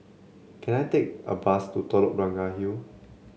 can I take a bus to Telok Blangah Hill